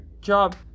job